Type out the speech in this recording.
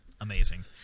amazing